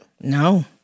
No